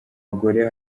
bagore